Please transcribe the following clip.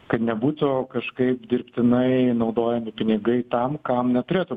kad nebūtų kažkaip dirbtinai naudojami pinigai tam kam neturėtų